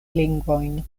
lingvojn